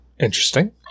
Interesting